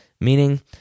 meaning